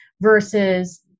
versus